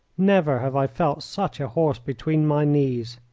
never have i felt such a horse between my knees.